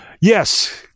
yes